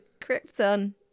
Krypton